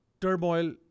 Turmoil